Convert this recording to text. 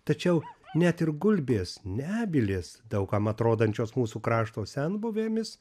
tačiau net ir gulbės nebylės daug kam atrodančios mūsų krašto senbuvėmis